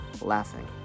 laughing